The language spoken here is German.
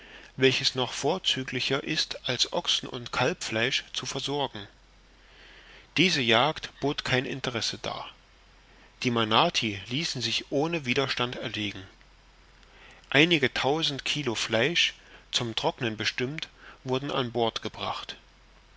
welches noch vorzüglicher ist als ochsen und kalbfleisch zu versorgen diese jagd bot kein interesse dar die manati ließen sich ohne widerstand erlegen einige tausend kilo fleisch zum trocknen bestimmt wurden an bord gebracht